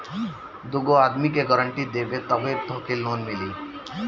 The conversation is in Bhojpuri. दूगो आदमी के गारंटी देबअ तबे तोहके लोन मिली